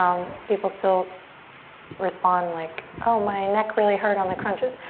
um people still respond like, oh, my neck really hurt on the crunches.